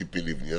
ציפי לבני.